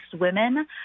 women